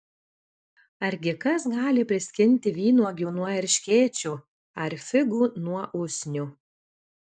argi kas gali priskinti vynuogių nuo erškėčių ar figų nuo usnių